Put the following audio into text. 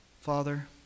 Father